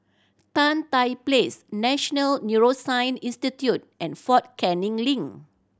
Tan Tye Place National Neuroscience Institute and Fort Canning Link